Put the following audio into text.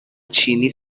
چینی